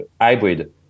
hybrid